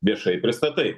viešai pristatai